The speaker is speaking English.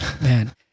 Man